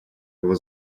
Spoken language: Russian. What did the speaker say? его